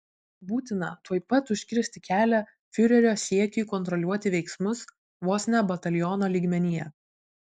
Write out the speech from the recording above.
būtina tuoj pat užkirsti kelią fiurerio siekiui kontroliuoti veiksmus vos ne bataliono lygmenyje